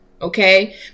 Okay